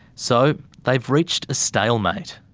so, they've reached a stalemate.